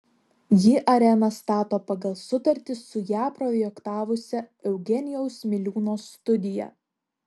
ji areną stato pagal sutartį su ją projektavusia eugenijaus miliūno studija